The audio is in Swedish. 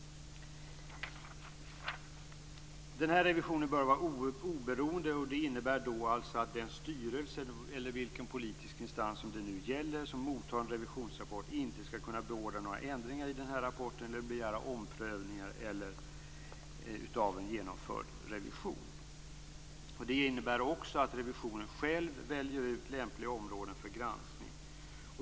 Den här revisionen bör vara oberoende. Det innebär att den styrelse eller den politiska instans det nu gäller som mottar en revisionsrapport inte skall kunna beordra några ändringar i den här rapporten eller begära omprövningar av en genomförd revision. Det innebär också att revisionen själv väljer ut lämpliga områden för granskning.